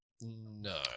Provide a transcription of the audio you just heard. No